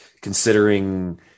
considering